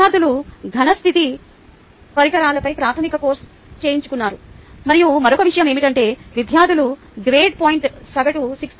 విద్యార్థులు ఘన స్థితి పరికరాలపై ప్రాథమిక కోర్సు చేయించుకున్నారు మరియు మరొక విషయం ఏమిటంటే విద్యార్థుల గ్రేడ్ పాయింట్ సగటు 6